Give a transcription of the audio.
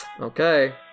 Okay